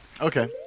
Okay